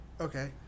Okay